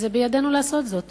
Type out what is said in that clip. ובידנו לעשות בזאת.